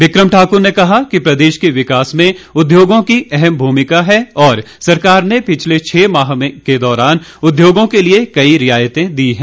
ब्रिकम ठाकुर ने कहा कि प्रदेश के विकास में उद्योगों की अहम भूमिका है और सरकार ने पिछले छह माह के दौरान उद्योगों के लिए कई रियायते दी हैं